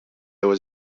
was